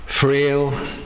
Frail